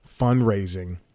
fundraising